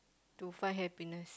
to find happiness